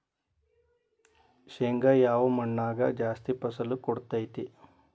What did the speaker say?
ಶೇಂಗಾ ಯಾವ ಮಣ್ಣಾಗ ಜಾಸ್ತಿ ಫಸಲು ಕೊಡುತೈತಿ?